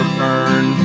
burn